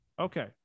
Okay